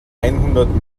einhundert